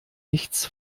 nichts